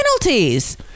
penalties